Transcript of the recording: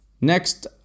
Next